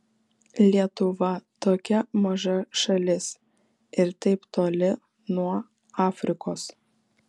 lietuva tokia maža šalis ir taip toli nuo afrikos